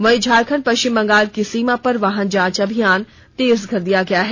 वहीं झारखंड पश्चिम बंगाल की सीमा पर वाहन जांच अभियान तेज कर दिया गया है